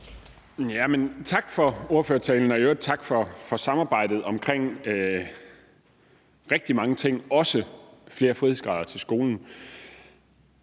Tak for ordførertalen, og i øvrigt tak for samarbejdet omkring rigtig mange ting, også flere frihedsgrader til skolen.